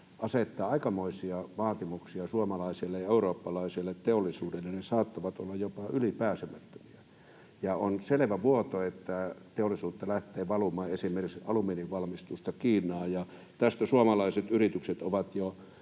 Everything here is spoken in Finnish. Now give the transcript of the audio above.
asettaa aikamoisia vaatimuksia suomalaiselle ja eurooppalaiselle teollisuudelle — ne saattavat olla jopa ylipääsemättömiä. Ja on selvä vuoto, että teollisuutta, esimerkiksi alumiinin valmistusta, lähtee valumaan Kiinaan, ja tästä suomalaiset yritykset ovat jo